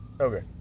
okay